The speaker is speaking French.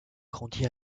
grandi